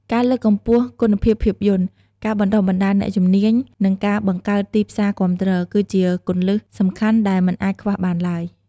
ការលើកកម្ពស់គុណភាពភាពយន្ត ការបណ្ដុះបណ្ដាលអ្នកជំនាញ និងការបង្កើតទីផ្សារគាំទ្រ គឺជាគន្លឹះសំខាន់ដែលមិនអាចខ្វះបានឡើយ។